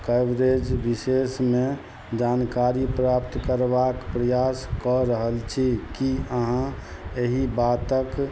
coverage विशेषमे जानकारी प्राप्त करबाक प्रयास कऽ रहल छी की अहाँ एहि बातक